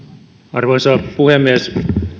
arvoisa puhemies